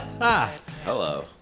Hello